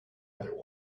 other